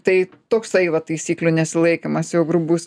tai toksai va taisyklių nesilaikymas jau grubus